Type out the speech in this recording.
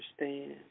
understand